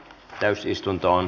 keskeytettiin